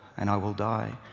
and i will die.